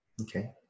Okay